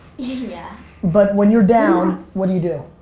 yeah but when you're down what do you do?